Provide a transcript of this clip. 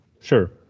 Sure